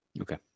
okay